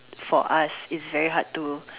for us is very hard to